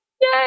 Yay